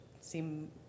seem